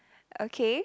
okay